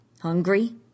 Hungry